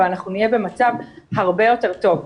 אבל אנחנו נהיה במצב הרבה יותר טוב.